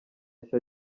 nshya